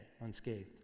unscathed